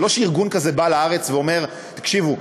זה לא שארגון כזה בא לארץ ואומר: תקשיבו,